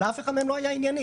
אבל אף אחד מהם לא היה ענייני.